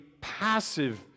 passive